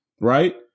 Right